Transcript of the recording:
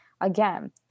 again